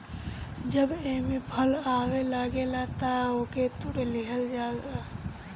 जब एमे फल आवे लागेला तअ ओके तुड़ लिहल जाला